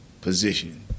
position